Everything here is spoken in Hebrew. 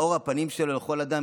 מאור הפנים שלו לכל אדם.